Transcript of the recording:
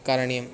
करणीयम्